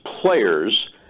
players